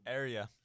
area